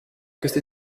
queste